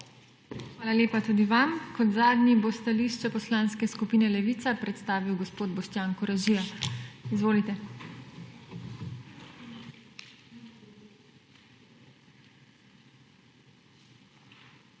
Hvala lepa tudi vam. Kot zadnji bo stališče Poslanske skupine Levica predstavil gospod Boštjan Koražija. Izvolite. BOŠTJAN